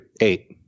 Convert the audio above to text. eight